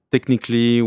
Technically